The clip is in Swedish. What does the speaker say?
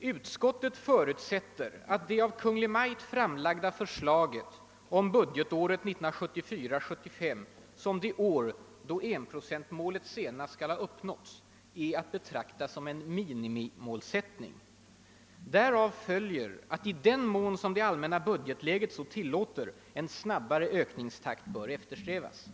»Utskottet förutsätter emellertid att det av Kungl. Maj:t framlagda förslaget om budgetåret 1974/75 som det år då 1-procentmålet senast skall ha uppnåtts är att betrakta som en minimimålsättning. Därav följer att i den mån det allmänna budgetläget så tillåter en snabbare ökningstakt bör eftersträvas.